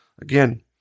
again